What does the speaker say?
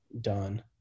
done